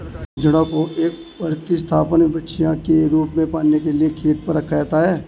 बछड़ा को एक प्रतिस्थापन बछिया के रूप में पालने के लिए खेत पर रखा जाता है